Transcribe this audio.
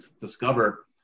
discover